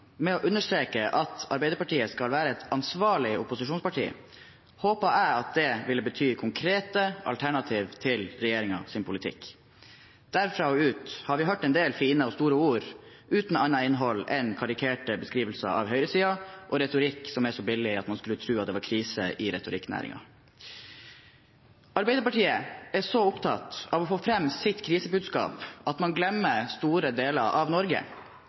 med å understreke at Arbeiderpartiet skal være et ansvarlig opposisjonsparti, håpet jeg at det ville bety konkrete alternativ til regjeringens politikk. Derfra og ut har vi hørt en del fine og store ord uten annet innhold enn karikerte beskrivelser av høyresiden og retorikk som er så billig at man skulle tro at det var krise i retorikknæringen. Arbeiderpartiet er så opptatt av å få fram sitt krisebudskap at man glemmer store deler av Norge,